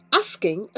asking